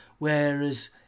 Whereas